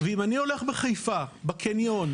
ואם אני הולך בחיפה, בקניון,